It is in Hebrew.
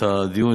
את הדיון,